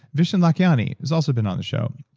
vishen lakhiani who's also been on the show,